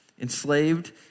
enslaved